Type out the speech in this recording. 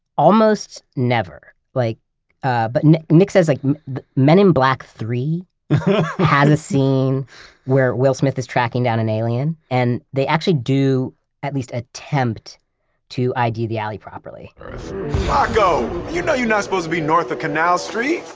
almost never. like ah but and nick says like men in black three has a scene where will smith is tracking down an alien, and they actually do at least attempt to id the alley properly knuckles, you know you're not supposed to be north of canal street!